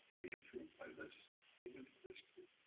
be approved by this community, this group.